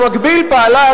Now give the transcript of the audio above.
במקביל פעלה,